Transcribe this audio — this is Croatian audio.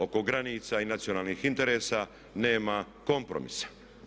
Oko granica i nacionalnih interesa nema kompromisa.